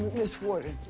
ms. warden.